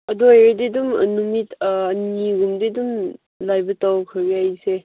ꯑꯗꯨ ꯑꯣꯏꯔꯗꯤ ꯑꯗꯨꯝ ꯅꯨꯃꯤꯠ ꯅꯤꯅꯤꯒꯨꯝꯕꯗꯤ ꯑꯗꯨꯝ ꯂꯩꯕ ꯇꯧꯈ꯭ꯔꯒꯦ ꯑꯩꯁꯦ